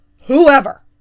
whoever